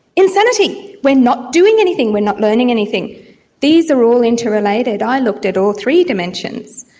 insanity! we're not doing anything, we're not learning anything these are all interrelated. i looked at all three dimensions.